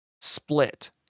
split